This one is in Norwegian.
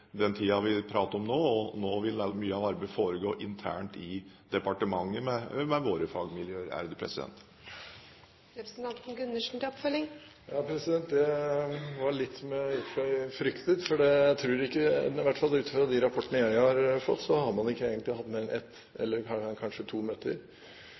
vi prater om nå. Nå vil mye av arbeidet foregå internt i departementet med våre fagmiljøer. Det var litt som jeg i og for seg fryktet. I hvert fall ut fra de rapportene jeg har fått, har man ikke egentlig hatt mer enn ett eller kanskje to møter